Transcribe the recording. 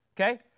Okay